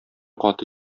каты